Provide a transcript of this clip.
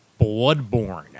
Bloodborne